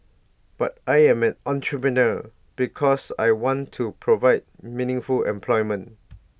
but I'm an entrepreneur because I want to provide meaningful employment